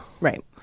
Right